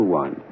one